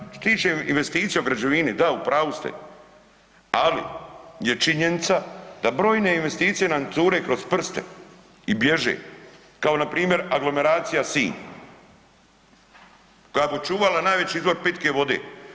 Što se tiče investicija u građevini, da, u pravu ste, ali je činjenica da brojne investicije nam cure kroz prste i bježe kao npr. aglomeracija Sinj koja bi čuvala najveći izvor pitke vode.